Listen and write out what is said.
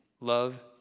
Love